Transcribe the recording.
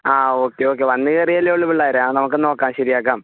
ആ okay okay വന്ന് കയറിയല്ലേ ഉള്ളൂ പിള്ളേർ ആ നമുക്ക് നോക്കാം ശരിയാക്കാം